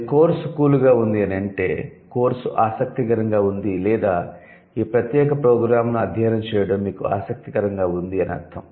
మీరు course 'cool' గా ఉంది అని అంటే కోర్సు ఆసక్తికరంగా ఉంది లేదా ఈ ప్రత్యేక ప్రోగ్రామ్ను అధ్యయనం చేయడం మీకు ఆసక్తికరంగా ఉంది అని అర్ధం